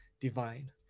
divine